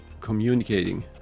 communicating